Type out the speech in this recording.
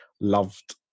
Loved